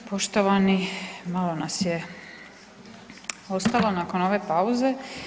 Poštovani, malo nas je ostalo nakon ove pauze.